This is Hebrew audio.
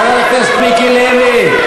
חבר הכנסת מיקי לוי.